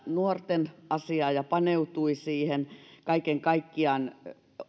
nuorten asiaa ja paneutui siihen kaiken kaikkiaan